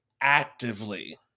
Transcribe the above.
actively